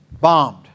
bombed